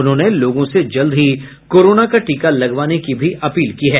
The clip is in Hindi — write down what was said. उन्होंने लोगों से जल्द ही कोरोना का टीका लगवाने की भी अपील की है